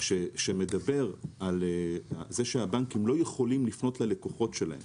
שמדבר על זה שהבנקים לא יכולים לפנות ללקוחות שלהם